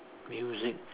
music